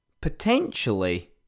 potentially